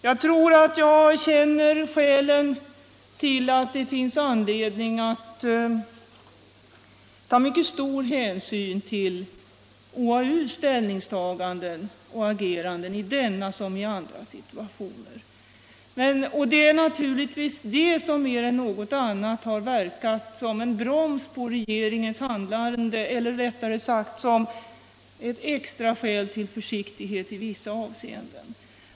Jag tror att jag vet varför det finns anledning att ta mycket stor hänsyn till OAU:s ställningstaganden och agerande i denna som i andra situationer. Det är naturligtvis det som mer än något annat verkat som en broms på regeringens handlande -— eller rättare sagt som ett extra skäl till försiktighet i vissa avseenden.